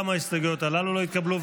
גם ההסתייגויות הללו לא התקבלו.